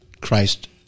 Christ